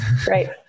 Great